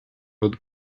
wood